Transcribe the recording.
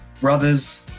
Brothers